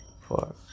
four